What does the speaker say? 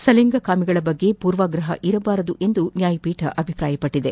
ಸಲಿಂಗ ಕಾಮಿಗಳ ಬಗ್ಗೆ ಪೂರ್ವಾಗ್ರಹ ಇರಬಾರದು ಎಂದು ನ್ಯಾಯಪೀಠ ಅಭಿಪ್ರಾಯಪಟ್ಟಿದೆ